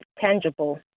tangible